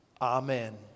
Amen